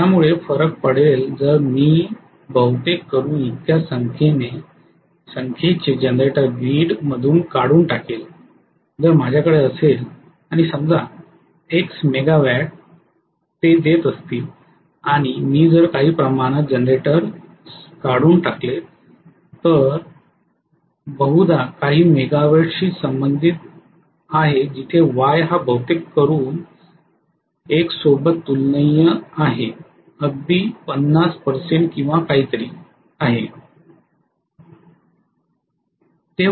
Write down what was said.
यामुळे फरक पडेल जर मी बहुतेक करून इतक्या संख्येचे जनरेटर ग्रीड मधून काढून टाकेल जर माझ्याकडे असेल आणि समजा एक्स मेगावॅट देत असेल आणि आणि मी जर काही प्रमाणात जनरेटर्स काढून टाकलेत जे बहुदा काही मेगावॅट शी संबंधित आहेत जिथे वाय हा बहुतेक करून X सोबत तुलनीय आहे अगदी 50 किंवा काहीतरी आहे